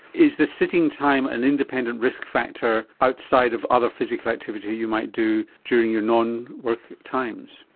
is the sitting time an independent risk factor outside of other physical activity you might do during your non-work times?